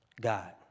God